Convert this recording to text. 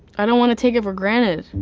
i don't want to take it for granted.